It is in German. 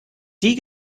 die